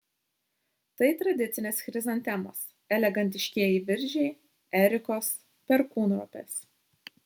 tai tradicinės chrizantemos elegantiškieji viržiai erikos perkūnropės